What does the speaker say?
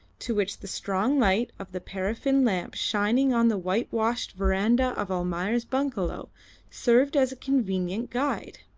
to which the strong light of the paraffin lamp shining on the whitewashed verandah of almayer's bungalow served as a convenient guide.